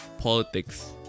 politics